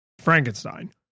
Frankenstein